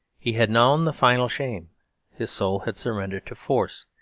he had known the final shame his soul had surrendered to force.